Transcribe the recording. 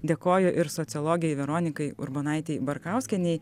dėkoju ir sociologei veronikai urbonaitei barkauskienei